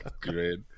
great